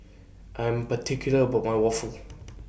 I Am particular about My Waffle